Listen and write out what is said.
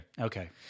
Okay